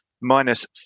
minus